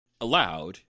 allowed—